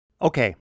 Okay